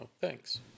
thanks